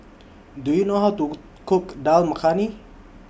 Do YOU know How to Cook Dal Makhani